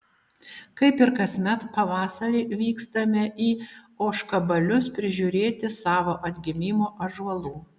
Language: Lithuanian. kaip ir kasmet pavasarį vykstame į ožkabalius prižiūrėti savo atgimimo ąžuolų